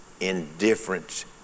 indifference